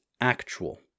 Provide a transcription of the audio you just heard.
actual